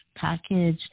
package